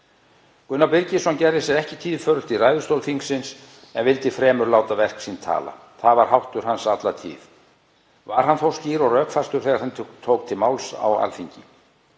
Gunnar Birgisson gerði sér ekki tíðförult í ræðustól þingsins, en vildi fremur láta verk sín tala. Það var háttur hans alla tíð. Var hann þó skýr og rökfastur þegar hann tók til máls á Alþingi.